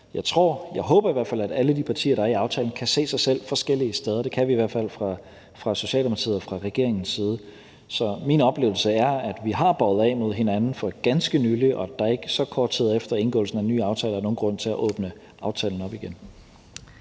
hvert fald, at alle de partier, der er med i aftalen, kan se sig selv forskellige steder. Det kan vi i hvert fald fra Socialdemokratiets og regeringens side. Så min oplevelse er, at vi har bøjet os mod hinanden for ganske nylig, og at der ikke så kort tid efter indgåelsen af en ny aftale er nogen grund til at åbne aftalen op igen.